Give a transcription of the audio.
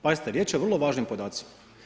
Pazite, riječ je o vrlo važnim podacima.